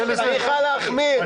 צריכה להחמיר.